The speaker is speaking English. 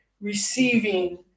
receiving